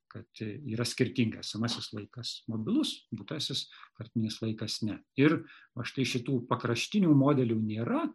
kad yra skirtinga esamasis laikas mobilus būtasis kartinis laikas ne ir va štai šitų pakraštinių modelių nėra